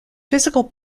physical